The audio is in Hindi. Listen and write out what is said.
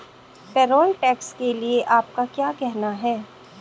पेरोल टैक्स के लिए आपका क्या कहना है?